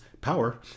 power